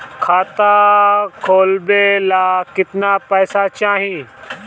खाता खोलबे ला कितना पैसा चाही?